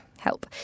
help